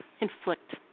inflict